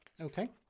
Okay